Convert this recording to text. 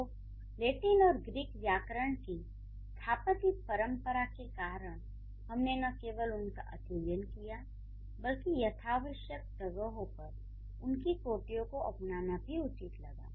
सो Latin और Greek व्याकरण की स्थापित परंपरा के कारण हमने न केवल उनका अध्ययन किया बल्कि यथावश्यक जगहों पर उनकी कोटियों को अपनाना भी उचित लगा